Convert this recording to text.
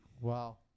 Wow